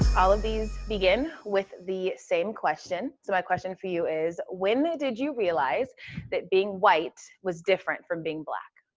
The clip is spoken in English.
all of these begin with the same question. so my question for you is when did you realize that being white was different from being black?